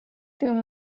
dum